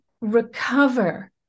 recover